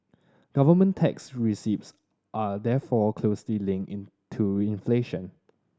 government tax receipts are therefore closely linked in to inflation